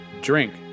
Drink